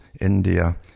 India